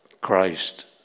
Christ